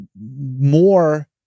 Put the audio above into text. more